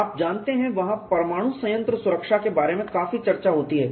आप जानते हैं वहाँ परमाणु संयंत्र सुरक्षा के बारे में काफी चर्चा होती है